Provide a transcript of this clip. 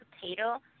potato